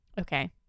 okay